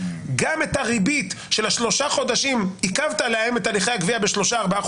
גם את הריבית של אותם שלושה-ארבעה חודשים שעיכבת להם את הליכי הגבייה,